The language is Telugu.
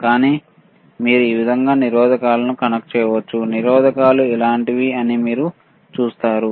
కానీ మీరు ఈ విధంగా నిరోధకాలు కనెక్ట్ చేయవచ్చు నిరోధకాలు ఇలాంటివి అని మీరు చూస్తారు